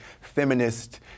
feminist